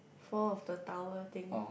four of the tower thing